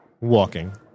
walking